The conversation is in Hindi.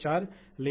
चर पर जाओ